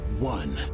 One